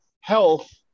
health